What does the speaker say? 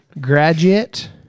Graduate